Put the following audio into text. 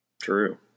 True